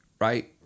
Right